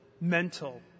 mental